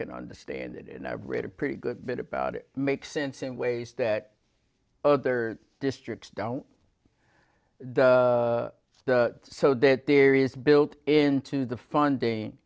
can understand it and i've read a pretty good bit about it makes sense in ways that other districts don't do so that there is built in to the funding